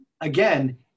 again